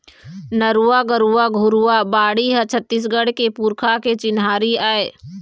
नरूवा, गरूवा, घुरूवा, बाड़ी ह छत्तीसगढ़ के पुरखा के चिन्हारी आय